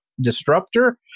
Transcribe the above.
disruptor